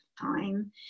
time